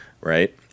right